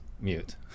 mute